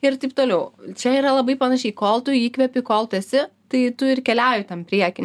ir taip toliau čia yra labai panašiai kol tu įkvepi kol tu esi tai tu ir keliauju tam prieky